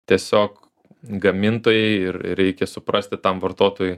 tiesiog gamintojai ir ir reikia suprasti tam vartotojui